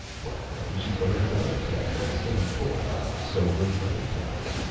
well, then she's going to have another calf from the same bull and so will the other cows.